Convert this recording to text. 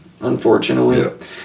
Unfortunately